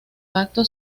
pacto